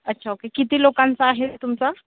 अच्छा ओके किती लोकांचं आहे तुमचं